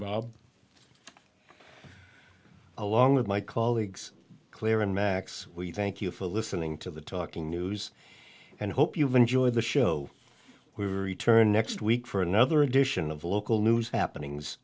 bob along with my colleagues clearing max we thank you for listening to the talking news and hope you've enjoyed the show we were return next week for another edition of local news happenings